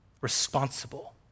responsible